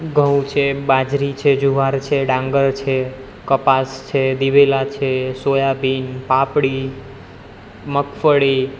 ઘઉં છે બાજરી છે જુવાર છે ડાંગર છે કપાસ છે દિવેલા છે સોયાબીન પાપડી મગફળી